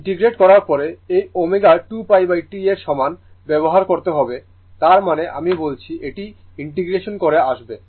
integrate করার পরে এই ω 2π T এর সমান ব্যবহার করতে হবে তার মানে আমি বলছি এটি ইন্টিগ্রেশন করে আসবে